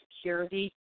security